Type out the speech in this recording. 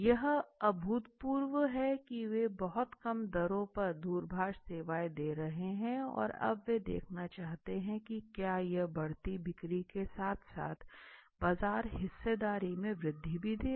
यह अभूतपूर्व है कि वे बहुत कम दरों पर दूरभाष सेवाएं दे रहे हैं और अब वे देखना चाहते हैं कि क्या यह बढ़ती बिक्री के साथ साथ बाजार हिस्सेदारी में वृद्धि भी देगा